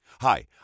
Hi